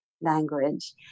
language